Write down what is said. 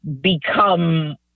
become